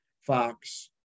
Fox